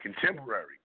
contemporary